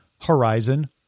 Horizon